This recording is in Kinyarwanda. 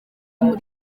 muri